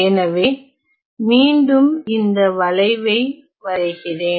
எனவே மீண்டும் இந்த வளைவை வரைகிறேன்